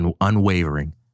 unwavering